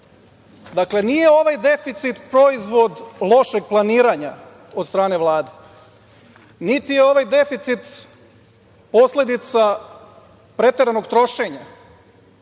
Dakle, nije ovaj deficit proizvod lošeg planiranja od strane Vlade, niti je ovaj deficit posledica preteranog trošenja.